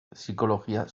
psikologia